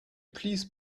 please